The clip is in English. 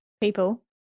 people